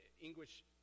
English